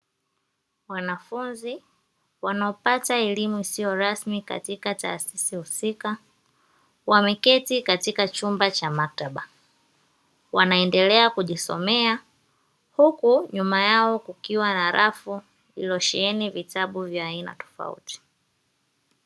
Wanafunzi wanao pata elimu isiyo rasmi katika taasisi husika, wameketi katika chumba cha maktaba wanaendelea kujisomea huku nyuma yao kukiwa na rafu iliyosheheni vitabu vya aina tofauti.